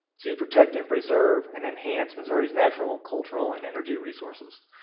to protect, and preserve, and enhance missouri's natural, cultural, and energy resources.